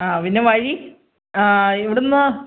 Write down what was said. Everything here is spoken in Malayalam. ആ പിന്നെ വഴി ആ ഇവിടുന്ന്